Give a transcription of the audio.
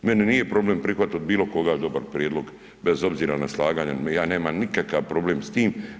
Meni nije problem prihvatiti od bilo koga dobar prijedlog bez obzira na slaganje, ja nemam nikakav problem s tim.